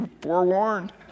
forewarned